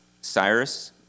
Cyrus